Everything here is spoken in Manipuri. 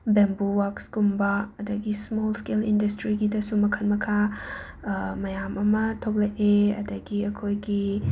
ꯕꯦꯝꯕꯨ ꯋꯥꯔꯛꯁꯀꯨꯝꯕ ꯑꯗꯒꯤ ꯁꯃꯣꯜ ꯁ꯭ꯀꯦꯜ ꯏꯟꯗꯁꯇ꯭ꯔꯤꯒꯤꯗꯁꯨ ꯃꯈꯜ ꯃꯈꯥ ꯃꯌꯥꯝ ꯑꯃ ꯊꯣꯛꯂꯛꯑꯦ ꯑꯗꯒꯤ ꯑꯩꯈꯣꯏꯒꯤ